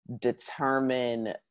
determine